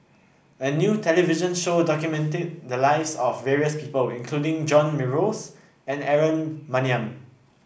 a new television show documented the lives of various people including John Morrice and Aaron Maniam